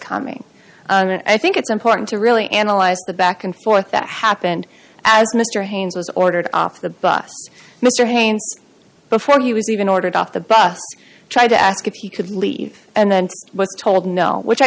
coming on and i think it's important to really analyze the back and forth that happened as mr haines was ordered off the bus mr haines before he was even ordered off the bus tried to ask if he could leave and was told no which i